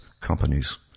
companies